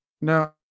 no